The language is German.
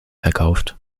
verkauft